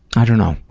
i don't know.